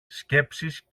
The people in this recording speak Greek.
σκέψεις